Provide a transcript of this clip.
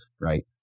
right